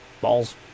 Balls